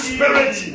Spirit